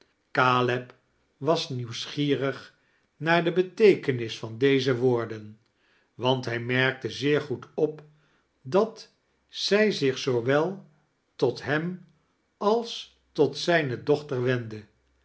was nieuwsgierig naar de beteekenis van deze woorden want hij merkte zeer goed op dat zij zioh zoowel tot hem als tot zijne dochter wendde